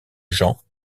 gens